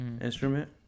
instrument